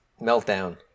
meltdown